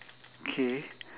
okay